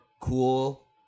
cool